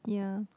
yeah